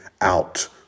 out